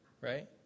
Right